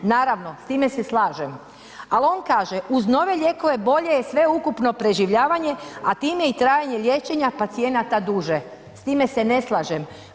Naravno s time se slažem, ali on kaže uz nove lijekove bolje je sveukupno preživljavanje, a time i trajanje liječenja pacijenata duže, s time se ne slažem.